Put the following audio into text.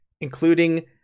including